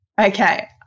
Okay